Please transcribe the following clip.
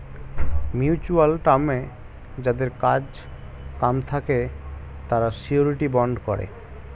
mutual টার্মে যাদের কাজ কাম থাকে তারা শিউরিটি বন্ড করে